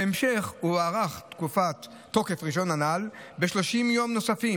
בהמשך הוארך תוקף הרישיון הנ"ל ב-30 ימים נוספים